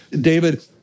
David